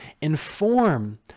inform